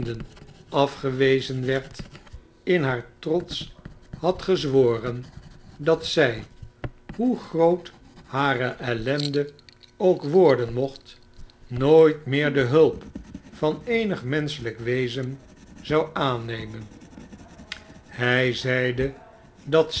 afgewezen werd in haar trots hadge zworen dat zij hoe groot hare ellende ook worden mocht nooifc meer de hulp van eenig menschelijk wezenzouaannemen hijzeide dat